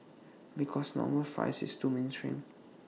because normal fries is too mainstream